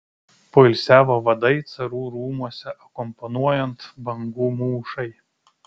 poilsiavo vadai carų rūmuose akompanuojant bangų mūšai